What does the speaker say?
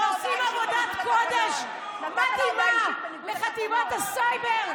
שעושים עבודת קודש מדהימה בחטיבת הסייבר.